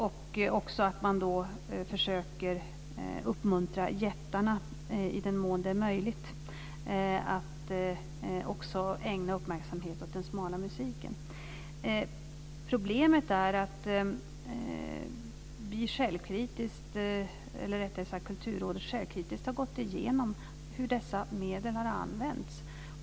Man bör även försöka uppmuntra jättarna, i den mån det är möjligt, att också ägna uppmärksamhet åt den smala musiken. Kulturrådet har självkritiskt gått igenom hur dessa medel har använts.